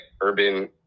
urban